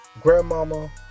grandmama